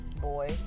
boy